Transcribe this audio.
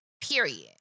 Period